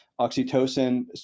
oxytocin